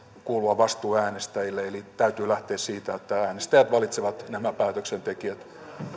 kuulua vastuu äänestäjille eli täytyy lähteä siitä että äänestäjät valitsevat päätöksentekijät